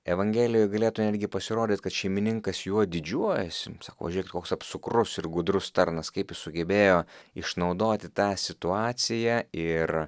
evangelijoj galėtų netgi pasirodyti kad šeimininkas juo didžiuojasi sako žiūrėkit koks apsukrus ir gudrus tarnas kaip jis sugebėjo išnaudoti tą situaciją ir